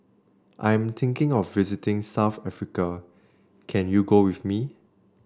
I'm thinking of visiting South Africa can you go with me